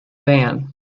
van